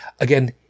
again